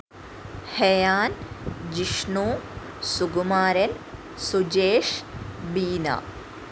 ഹെയാൻ Jishnu Sukumaran Sujesh Beena